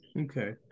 Okay